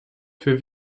für